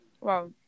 wow